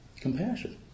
compassion